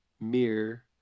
Mirror